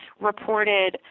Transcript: reported